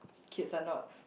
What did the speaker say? kids are not